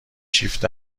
شیفت